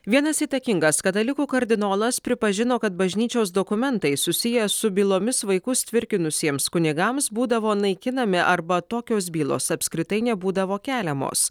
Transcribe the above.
vienas įtakingas katalikų kardinolas pripažino kad bažnyčios dokumentai susiję su bylomis vaikus tvirkinusiems kunigams būdavo naikinami arba tokios bylos apskritai nebūdavo keliamos